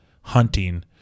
hunting